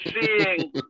seeing